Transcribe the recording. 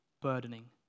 burdening